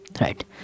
right